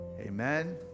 amen